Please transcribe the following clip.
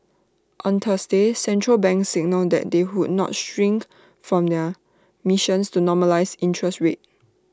on Thursday central banks signalled that they would not shirk from their missions to normalise interest rates